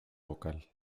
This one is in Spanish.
vocal